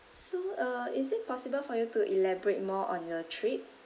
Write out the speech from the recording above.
so uh is it possible for you to elaborate more on the trip